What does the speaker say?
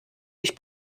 ich